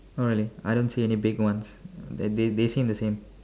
no really I don't see any big ones they they seem the same